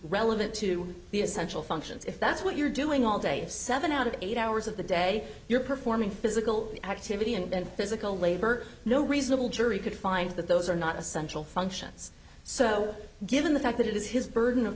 relevant to the essential functions if that's what you're doing all day if seven out of eight hours of the day you're performing physical activity and physical labor no reasonable jury could find that those are not essential functions so given the fact that it is his burden of